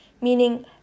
Meaning